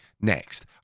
next